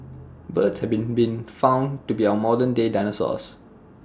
birds have been been found to be our modern day dinosaurs